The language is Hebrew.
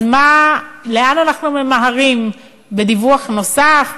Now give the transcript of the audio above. אז מה, לאן אנחנו ממהרים בדיווח נוסף?